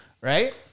right